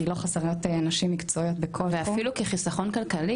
כי לא חסרות נשים מקצועיות בכל --- ואפילו כחיסכון כלכלי,